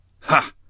Ha